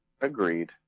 agreed